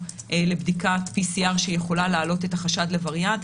לבדיקת PCR שיכולה להעלות את החשד לווריאנט.